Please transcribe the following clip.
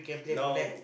now